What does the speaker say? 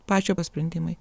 pačio pasprendimai